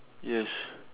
yes